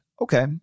okay